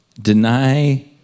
Deny